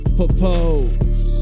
Propose